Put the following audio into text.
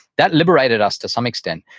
that liberated us to some extent.